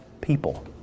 people